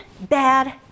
bad